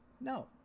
No